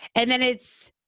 and then it's.